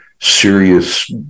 serious